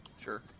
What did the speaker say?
Sure